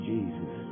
Jesus